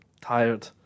tired